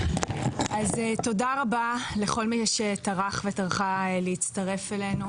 אז תודה רבה לכל מי שטרח וטרחה להצטרף אלינו